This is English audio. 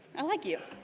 i like you.